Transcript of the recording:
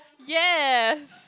yes